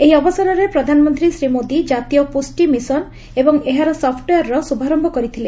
ଏହି ଅବସରରେ ପ୍ରଧାନମନ୍ତ୍ରୀ ଶ୍ରୀ ମୋଦି ଜାତୀୟ ପୁଷ୍ଟି ମିସନ୍ ଏବଂ ଏହାର ସପ୍ଟିଓ୍ୱେୟାର୍ର ଶୁଭାରମ୍ଭ କରିଥିଲେ